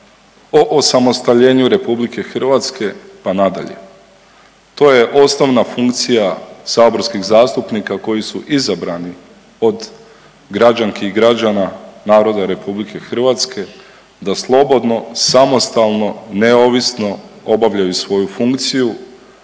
o osamostaljenju RH pa nadalje. To je osnovna funkcija saborskih zastupnika koji su izabrani od građanki i građana, naroda RH da slobodno, samostalno, neovisno obavljaju svoju funkciju